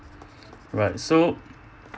right so